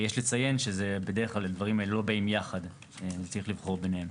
יש לציין שבדרך כלל הדברים האלו לא באים יחד וצריך לבחור ביניהם.